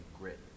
grit